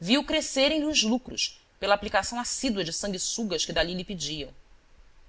viu crescerem lhe os lucros pela aplicação assídua de sanguessugas que dali lhe pediam